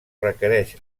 requereix